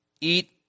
eat